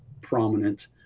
prominent